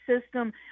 system